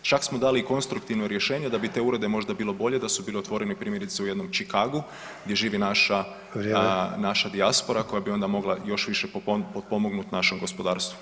Čak smo dali i konstruktivno rješenje da bi te urede možda bilo bolje da su bili otvoreni primjerice u jednom Chicagu gdje živi naša [[Upadica: Vrijeme.]] naša dijaspora koja bi onda mogla još više potpomognuti našem gospodarstvu.